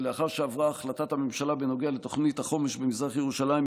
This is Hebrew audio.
לאחר שעברה החלטת הממשלה בנוגע לתוכנית החומש במזרח ירושלים,